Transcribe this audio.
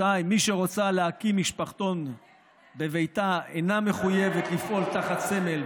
2. מי שרוצה להקים משפחתון בביתה אינה מחויבת לפעול תחת סמל,